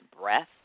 breath